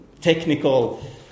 technical